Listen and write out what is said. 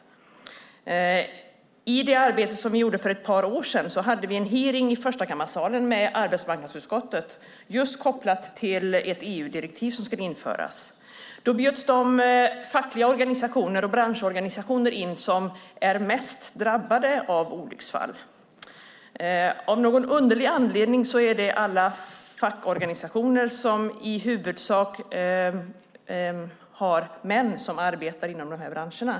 För ett par år sedan hade vi i arbetsmarknadsutskottet en hearing i Förstakammarsalen. Den var kopplad till ett EU-direktiv som skulle införas. Då bjöds de fackliga organisationer och de branschorganisationer som är mest drabbade av olycksfall in. Av någon underlig anledning är det alla fackorganisationer som i huvudsak organiserar män som arbetar inom de här branscherna.